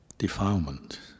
defilement